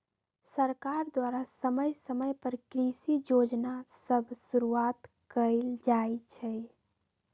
सरकार द्वारा समय समय पर कृषि जोजना सभ शुरुआत कएल जाइ छइ